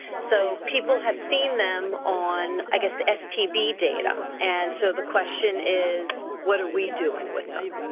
so people have seen them on i guess the stb data, and so the question is what are we doing with them?